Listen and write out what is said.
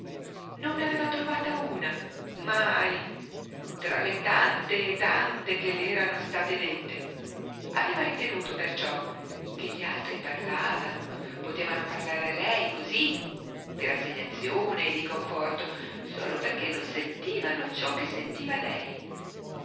ne aveva trovata una mai tra le tante e tante che le erano state dette aveva ritenuto perciò che gli altri parlavano potevano parlare a lei così di rassegnazione e di conforto solo perché non sentivano ciò che sentiva lei